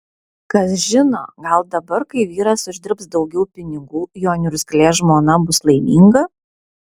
kas žino gal dabar kai vyras uždirbs daugiau pinigų jo niurzglė žmona bus laiminga